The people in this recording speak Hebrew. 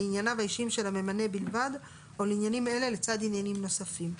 לענייניו האישיים של הממנה בלבד או לעניינים אלה לצד עניינים נוספים.